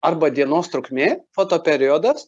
arba dienos trukmė po to periodas